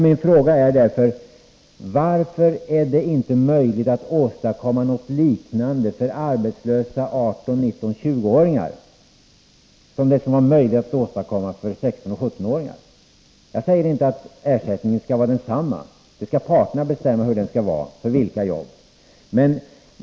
Min fråga är därför: Varför är det inte möjligt att åstadkomma något liknande för arbetslösa 18-20-åringar som det som var möjligt att åstadkomma för 16 och 17-åringar? Jag säger inte att ersättningen skall vara densamma — parterna skall bestämma ersättningen för jobben.